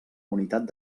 unitat